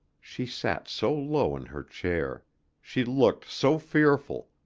she sat so low in her chair she looked so fearful,